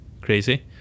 crazy